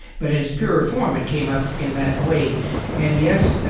but in its purer form it came up in that way and, yes,